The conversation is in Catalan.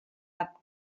cap